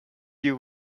you